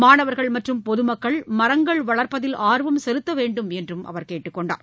மாணவர்கள் மற்றும் பொதுமக்கள் மரங்கள் வளர்ப்பதில் ஆர்வம் செலுத்த வேண்டும் என்றும் அவர் கேட்டுக் கொண்டார்